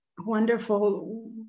Wonderful